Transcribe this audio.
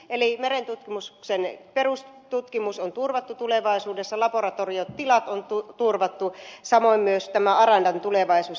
eli merentutkimuksen perustutkimus on turvattu tulevaisuudessa laboratoriotilat on turvattu samoin myös tämä arandan tulevaisuus